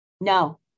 No